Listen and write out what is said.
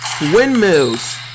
Windmills